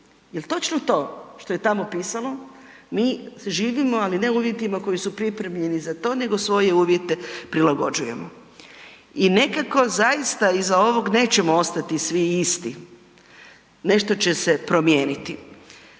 točno to što je tamo pisalo mi živimo, ali ne u uvjeti koji su pripremljeni za to nego svoje uvjete prilagođujemo. I nekako zaista iza ovog nećemo ostati svi isti. Nešto će se promijeniti.